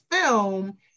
film